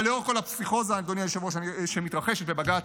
אבל לאורך כל הפסיכוזה שמתרחשת בבג"ץ,